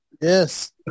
Yes